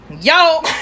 Yo